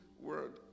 word